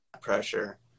pressure